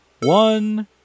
one